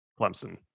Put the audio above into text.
Clemson